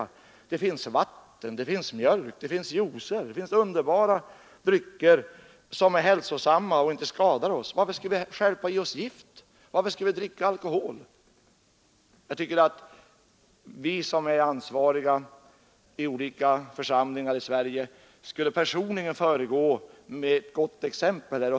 Men det finns vatten, mjölk, juicer och andra underbara och hälsosamma drycker. Varför skall vi då i stället stjälpa i oss gift i form av alkohol? Jag tycker att vi som är ansvariga i olika politiska församlingar i Sverige skulle föregå med gott exempel här.